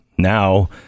Now